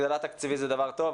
הגדלה תקציבית היא דבר טוב,